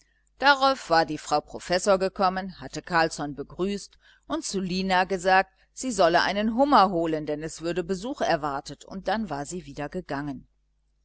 darauf war die frau professor gekommen hatte carlsson begrüßt und zu lina gesagt sie solle einen hummer holen denn es würde besuch erwartet und dann war sie wieder gegangen